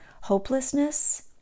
hopelessness